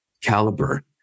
caliber